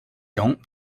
don’t